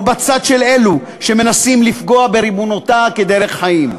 או בצד של אלו שמנסים לפגוע בריבונותה כדרך חיים.